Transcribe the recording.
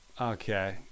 Okay